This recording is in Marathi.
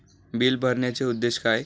बिल भरण्याचे उद्देश काय?